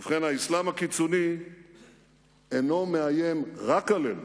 ובכן, האסלאם הקיצוני אינו מאיים רק עלינו,